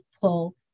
pull